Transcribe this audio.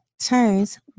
turns